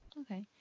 Okay